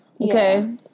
Okay